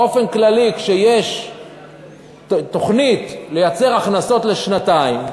באופן כללי, כשיש תוכנית לייצר הכנסות לשנתיים,